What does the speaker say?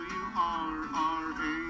wrra